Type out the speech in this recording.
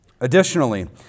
Additionally